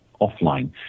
offline